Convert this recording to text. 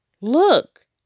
Look